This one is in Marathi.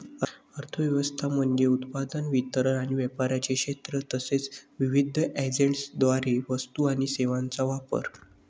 अर्थ व्यवस्था म्हणजे उत्पादन, वितरण आणि व्यापाराचे क्षेत्र तसेच विविध एजंट्सद्वारे वस्तू आणि सेवांचा वापर